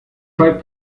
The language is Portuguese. vai